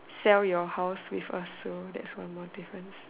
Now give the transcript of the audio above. sell your house with us so that's one more difference